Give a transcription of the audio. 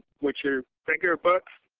which are figure books,